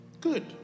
Good